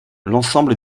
l’ensemble